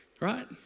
Right